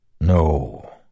No